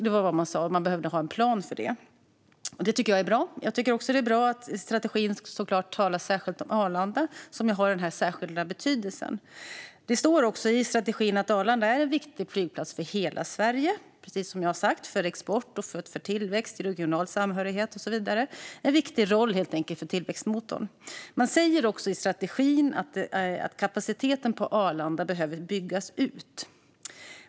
Det var vad man sa, och man behövde ha en plan för det. Det tycker jag är bra. Jag tycker också att det är bra att strategin talar särskilt om Arlanda, som har en särskild betydelse. Det står också i strategin att Arlanda är en viktig flygplats för hela Sverige, precis som jag har sagt - för export, tillväxt, regional samhörighet och så vidare. Arlanda har helt enkelt en viktig roll i tillväxtmotorn. I strategin säger man även att kapaciteten på Arlanda behöver byggas ut.